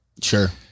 Sure